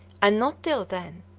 and not till then,